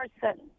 person